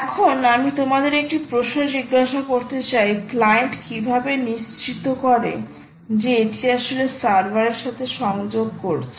এখন আমি তোমাদের একটি প্রশ্ন জিজ্ঞাসা করতে চাই ক্লায়েন্ট কিভাবে নিশ্চিত করে যে এটি আসলে সার্ভারের সাথে সংযোগ করছে